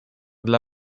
dla